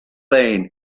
lane